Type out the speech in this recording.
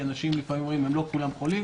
כי אנשים לפעמים אומרים שלא כולם חולים